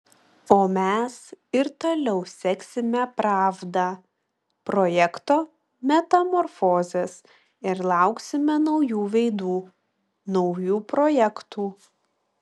o mes ir toliau seksime pravda projekto metamorfozes ir lauksime naujų veidų naujų projektų